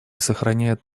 сохраняют